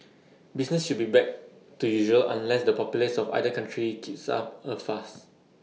business should be back to usual unless the populace of either country kicks up A fuss